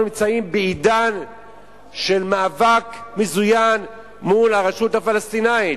נמצאים בעידן של מאבק מזוין מול הרשות הפלסטינית?